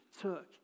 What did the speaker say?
took